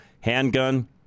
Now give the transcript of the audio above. handgun